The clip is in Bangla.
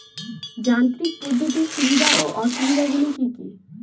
যান্ত্রিক পদ্ধতির সুবিধা ও অসুবিধা গুলি কি কি?